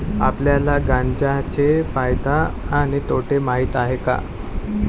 आपल्याला गांजा चे फायदे आणि तोटे माहित आहेत का?